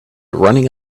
running